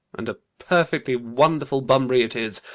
and a perfectly wonderful bunbury it is.